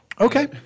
okay